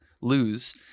lose